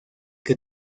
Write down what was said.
que